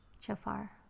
Jafar